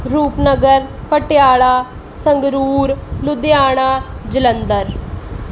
Rupnagar Patiala Sangrur Ludhiana Jalandhar